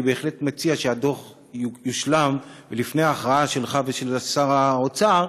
אני בהחלט מציע שהדוח יושלם לפני ההכרעה שלך ושל שר האוצר,